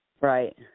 Right